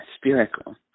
spherical